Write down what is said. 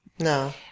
No